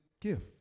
gift